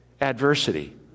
adversity